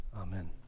amen